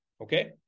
okay